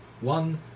One